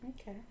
okay